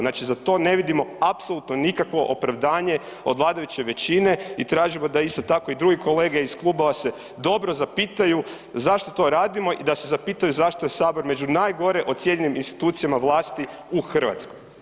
Znači za to ne vidimo apsolutno nikakvo opravdanje od vladajuće većine i tražimo da isto tako i drugi kolege iz klubova se dobro zapitaju zašto to radimo i da se zapitaju zašto je sabor među najgore ocijenjenim institucijama vlasti u Hrvatskoj.